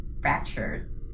fractures